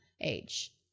age